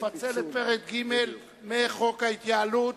לפצל את פרק ג' מחוק ההתייעלות.